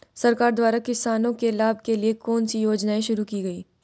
सरकार द्वारा किसानों के लाभ के लिए कौन सी योजनाएँ शुरू की गईं?